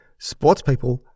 Sportspeople